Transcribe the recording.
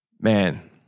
Man